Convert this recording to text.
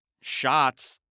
shots